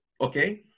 okay